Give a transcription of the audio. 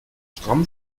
stramm